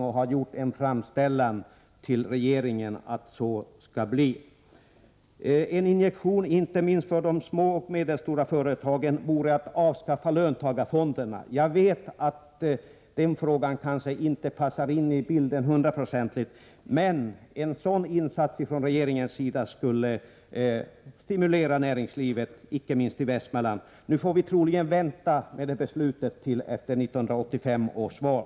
Man har nämligen gjort en framställan till regeringen om en sådan inplacering. En injektion, inte minst för de små och medelstora företagen, vore avskaffandet av löntagarfonderna. Den frågan passar kanske inte hundraprocentigt in i bilden. Men en sådan insats från regeringens sida skulle ändå vara en stimulans för näringslivet, icke minst i Västmanland. Vi får troligen vänta på ett sådant beslut till efter 1985 års val.